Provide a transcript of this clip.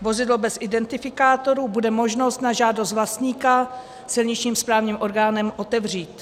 Vozidlo bez identifikátoru bude možno na žádost vlastníka silničním správním orgánem otevřít.